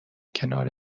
کنار